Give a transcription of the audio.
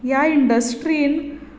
ह्या इन्डस्ट्रींत